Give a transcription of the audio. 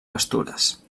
pastures